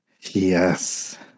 Yes